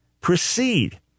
proceed